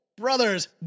Brothers